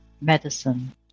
medicine